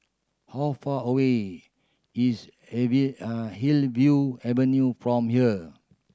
how far away is Hillview Avenue from here